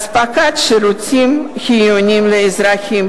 דהיינו אספקת שירותים חיוניים לאזרחים,